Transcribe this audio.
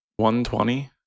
120